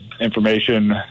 information